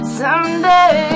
someday